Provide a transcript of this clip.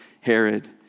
Herod